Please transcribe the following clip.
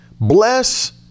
Bless